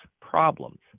problems